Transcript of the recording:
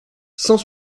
cent